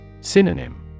Synonym